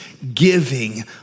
giving